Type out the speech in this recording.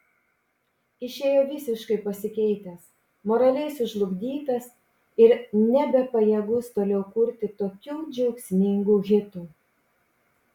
išėjo visiškai pasikeitęs moraliai sužlugdytas ir nebepajėgus toliau kurti tokių džiaugsmingų hitų